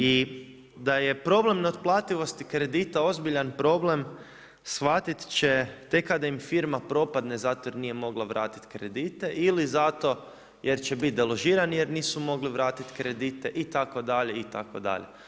I da je problem neotplativosti kredita ozbiljan problem shvatit će tek kad im firma propadne zato jer nije mogla vratiti kredite, ili zato jer će biti deložirani jer nisu mogli vratit kredite itd. itd.